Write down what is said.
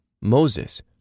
Moses